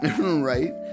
Right